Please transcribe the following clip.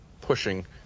pushing